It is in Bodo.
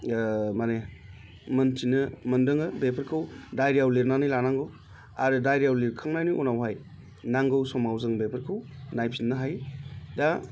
माने मोनथिनो मोनदोङो बेफोरखौ दाइरियाव लिरनानै लानांगौ आरो दाइरियाव लिरखांनायनि उनावहाय नांगौ समाव जों बेफोरखौ नायफिननो हायो दा